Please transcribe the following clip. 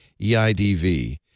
EIDV